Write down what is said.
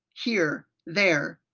here! there.